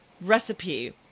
recipe